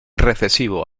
recesivo